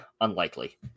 Unlikely